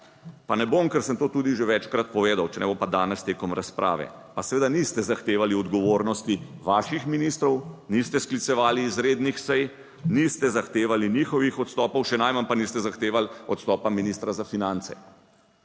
Pa ne bom, ker sem to tudi že večkrat povedal, če ne bo, pa danes tekom razprave. Pa seveda niste zahtevali odgovornosti vaših ministrov, niste sklicevali izrednih sej, niste zahtevali njihovih odstopov, še najmanj pa niste zahtevali odstopa ministra za finance.